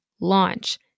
launch